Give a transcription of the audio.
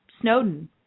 Snowden